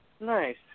Nice